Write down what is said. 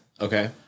Okay